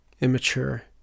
immature